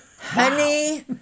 honey